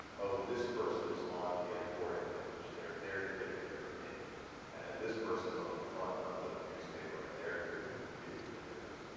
oh, this person is on the editorial page, they're there to give me their opinion and then this person is on the front of the newspaper and they're here to give me the news.